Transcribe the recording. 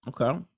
Okay